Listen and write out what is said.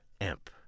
Amp